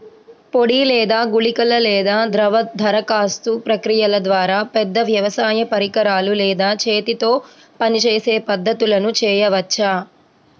పొడి లేదా గుళికల లేదా ద్రవ దరఖాస్తు ప్రక్రియల ద్వారా, పెద్ద వ్యవసాయ పరికరాలు లేదా చేతితో పనిచేసే పద్ధతులను చేయవచ్చా?